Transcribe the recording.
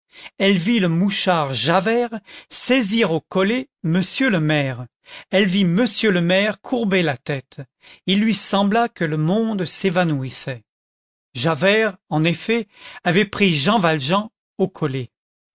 elle vit le mouchard javert saisir au collet monsieur le maire elle vit monsieur le maire courber la tête il lui sembla que le monde s'évanouissait javert en effet avait pris jean valjean au collet